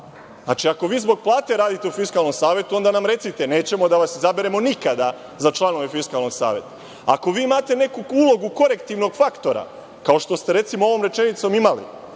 Znači, ako vi zbog plate radite u Fiskalnom savetu, onda nam recite, nećemo da vas izaberemo nikada za članove Fiskalnog saveta. Ako vi imate neku ulogu korektivnog faktora, kao što ste, recimo, ovom rečenicom imali